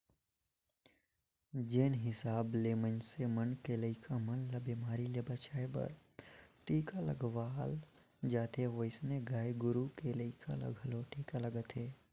जेन हिसाब ले मनइसे मन के लइका मन ल बेमारी ले बचाय बर टीका लगवाल जाथे ओइसने गाय गोरु के लइका ल घलो टीका लगथे